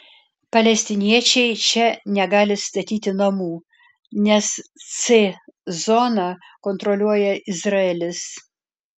palestiniečiai čia negali statyti namų nes c zoną kontroliuoja izraelis